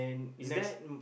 is that